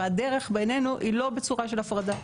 והדרך בעינינו היא לא בצורה של הפרדה.